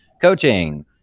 coaching